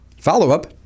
Follow-up